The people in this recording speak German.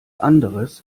anderes